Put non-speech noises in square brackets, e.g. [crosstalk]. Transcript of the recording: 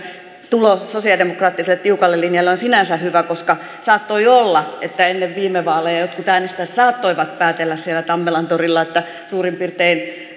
tulo sosialidemokraattiselle tiukalle linjalle on on sinänsä hyvä koska saattoi olla että ennen viime vaaleja jotkut äänestäjät päättelivät siellä tammelantorilla että perussuomalaisten mielestä suurin piirtein [unintelligible]